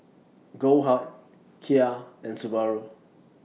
Goldheart Kia and Subaru